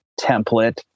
template